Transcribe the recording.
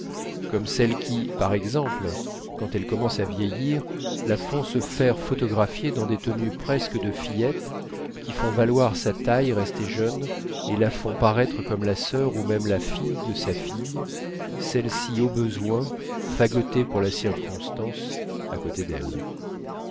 comme celles qui par exemple quand elle commence à vieillir la font se faire photographier dans des tenues presque de fillette qui font valoir sa taille restée jeune et la font paraître comme la sœur ou même la fille de sa fille celle-ci au besoin fagotée pour la circonstance à côté d'elle